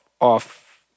off